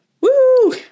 woo